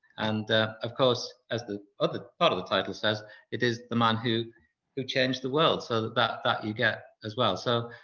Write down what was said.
and ah of course as the other part of the title says it is the man who who changed the world so that that that you get as well. so